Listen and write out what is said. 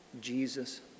Jesus